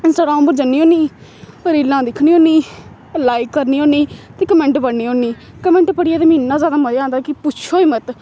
Instagram पर जन्नी होन्नी रीलां दिक्खनी होन्नी लाइक करनी होन्नी ते कमैंट पढ़नी होन्नी कमैंट पढ़ियै ते मिगी इन्ना ज्यादा मज़ा आंदा कि पुच्छो ई मत